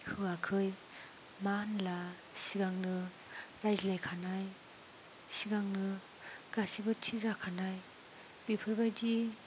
होआखै मानो होनब्ला सिगांनो रायज्लायखानाय सिगांनो गासैबो थि जाखानाय बेफोरबायदि